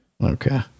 Okay